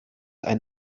ein